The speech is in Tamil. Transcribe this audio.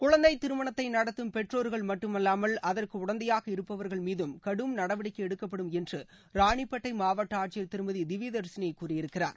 குழந்தை திருமணத்தை நடத்தும் பெற்றோர்கள் மட்டுமல்லாமல் அகுற்கு உடந்தையாக இருப்பவர்கள் மீதும் கடும் நடவடிக்கை எடுக்கப்படும் என்று ராணிப்பேட்டை மாவட்ட ஆட்சியர் திருமதி திவ்ய தர்ஷினி கூறியிருக்கிறார்